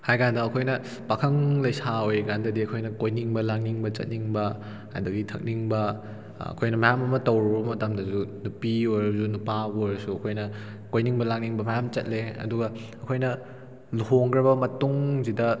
ꯍꯥꯏꯀꯥꯟꯗ ꯑꯩꯈꯣꯏꯅ ꯄꯥꯈꯪ ꯂꯩꯁꯥ ꯑꯣꯏꯔꯤꯀꯥꯟꯗꯗꯤ ꯑꯩꯈꯣꯏꯅ ꯀꯣꯏꯅꯤꯡꯕ ꯂꯥꯡꯅꯤꯡꯕ ꯆꯠꯅꯤꯡꯕ ꯑꯗꯒꯤ ꯊꯛꯅꯤꯡꯕ ꯑꯩꯈꯣꯏꯅ ꯃꯌꯥꯝ ꯑꯃ ꯇꯧꯔꯨꯔꯕ ꯃꯇꯝꯗꯁꯨ ꯅꯨꯄꯤ ꯑꯣꯏꯔꯣꯁꯨ ꯅꯨꯄꯥꯕꯨ ꯑꯣꯏꯔꯁꯨ ꯑꯩꯈꯣꯏꯅ ꯀꯣꯏꯅꯤꯡꯕ ꯂꯥꯡꯅꯤꯡꯕ ꯃꯌꯥꯝ ꯆꯠꯂꯦ ꯑꯗꯨꯒ ꯑꯩꯈꯣꯏꯅ ꯂꯨꯍꯣꯡꯈ꯭ꯔꯕ ꯃꯇꯨꯡꯁꯤꯗ